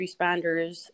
responders